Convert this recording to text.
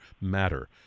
Matter